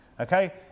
Okay